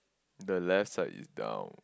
the left side is down